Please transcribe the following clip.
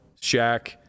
Shaq